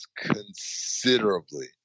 considerably